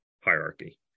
hierarchy